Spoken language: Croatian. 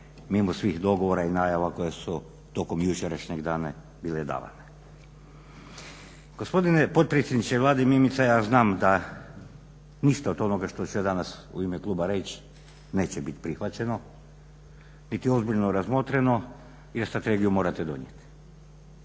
mimo svih dogovora i najava koje su tokom jučerašnjeg dana bile davane. Gospodine potpredsjedniče Vlade Mimica ja znam ništa od onoga što ću ja danas u ime kluba reći neće bit prihvaćeno, niti ozbiljno razmotreno jer strategiju morate donijeti.